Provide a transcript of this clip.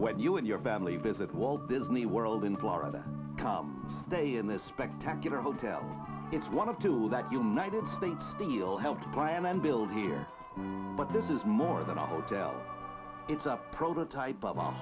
when you and your family visit walt disney world in florida come stay in this spectacular hotel it's one of two that united states deal helped plan and build here but this is more than a hotel it's up prototype